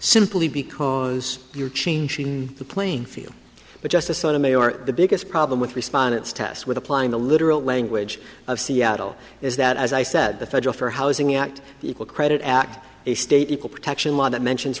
simply because you're changing the playing field but justice sotomayor the biggest problem with respondents test with applying the literal language of seattle is that as i said the federal for housing act the equal credit act a state equal protection law that mentions